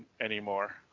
anymore